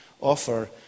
offer